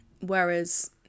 Whereas